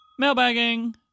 mailbagging